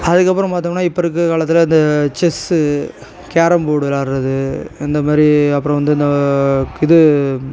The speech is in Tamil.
அதற்கப்பறம் பார்த்தோம்னா இப்போ இருக்கிற காலத்தில் அந்த செஸ்ஸு கேரம்போடு விளாட்றது இந்த மேரி அப்புறம் வந்து இந்த இது